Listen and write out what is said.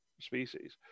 species